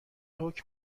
حکم